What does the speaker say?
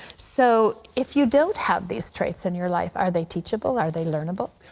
so if you don't have these traits in your life, are they teachable? are they learnable?